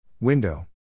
Window